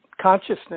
consciousness